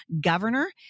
governor